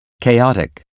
Chaotic